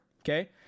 okay